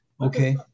Okay